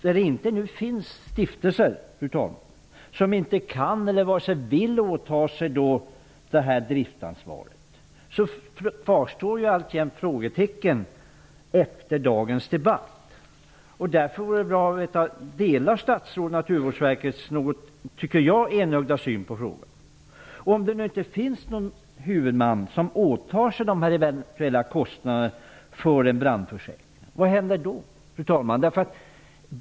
Där det inte finns stiftelser som vare sig kan eller vill åta sig ett driftansvar kvarstår alltjämt frågetecken efter dagens debatt. Det vore därför bra att få veta om statsrådet delar Naturvårdsverkets något i mitt tycke enögda syn på frågan. Om det inte finns någon huvudman som åtar sig de kostnader som en eventuell brandförsäkring innebär, vad händer då, fru talman?